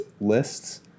lists